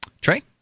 Trey